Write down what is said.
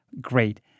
great